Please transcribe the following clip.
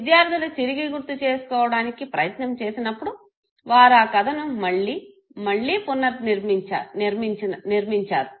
విద్యార్థులు తిరిగి గుర్తుచేసుకోవడానికి ప్రయత్నం చేసినప్పుడు వారు ఆ కథను మళ్ళి పునర్ణిర్మానించారు